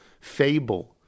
fable